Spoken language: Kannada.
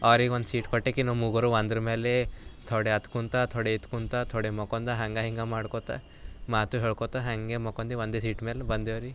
ಅವ್ರಿಗೆ ಒಂದು ಸೀಟ್ ಕೊಟ್ಟೆಕಿ ನಮ್ಮ ಮೂವರು ಒಂದರ ಮೇಲೇ ಥೊಡೆ ಅತ್ತ ಕೂತೆ ಥೊಡೆ ಇತ್ತ ಕೂತೆ ಥೊಡೆ ಮಲ್ಕೊಂಡೆ ಹಂಗೆ ಹಿಂಗೆ ಮಾಡ್ಕೋಳ್ತ ಮಾತು ಹೇಳ್ಕೋಳ್ತ ಹಂಗೆ ಮಲ್ಕೊಂಡೆವು ಒಂದೇ ಸೀಟ್ ಮೇಲೆ ಬಂದೆವು ರೀ